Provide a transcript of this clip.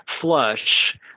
flush